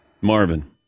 Marvin